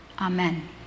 amen